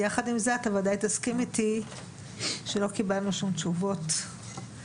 יחד עם זה אתה ודאי תסכים איתי שלא קיבלנו שום תשובות מעשיות.